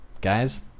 guys